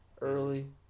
early